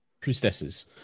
priestesses